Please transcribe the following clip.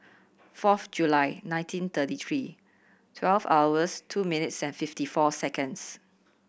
fourth July nineteen thirty three twelve hours two minutes and fifty four seconds